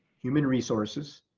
human resources,